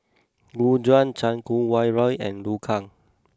Gu Juan Chan Kum Wah Roy and Liu Kang